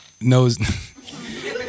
Knows